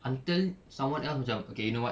until someone else macam you know what